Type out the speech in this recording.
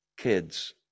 kids